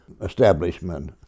establishment